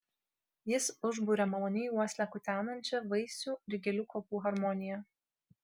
jis užburia maloniai uoslę kutenančią vaisių ir gėlių kvapų harmonija